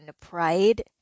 pride